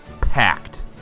packed